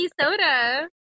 soda